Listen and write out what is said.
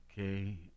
Okay